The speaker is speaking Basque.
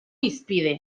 hizpide